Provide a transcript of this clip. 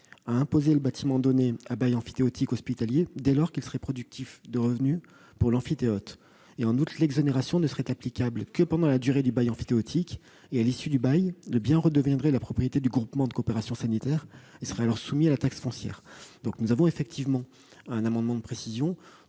à imposer le bâtiment donné à bail emphytéotique hospitalier dès lors qu'il serait productif de revenus pour l'emphytéote. En outre, l'exonération ne serait applicable que pendant la durée du bail emphytéotique. À l'issue du bail, le bien redeviendrait la propriété du groupement de coopération sanitaire et serait alors soumis à la taxe foncière. L'amendement de précision